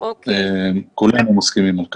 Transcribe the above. כולנו מסכימים על כך.